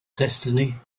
destiny